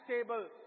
stable